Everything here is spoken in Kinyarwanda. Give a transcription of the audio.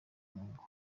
kongo